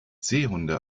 seehunde